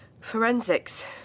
Forensics